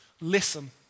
Listen